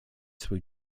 swój